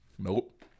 Nope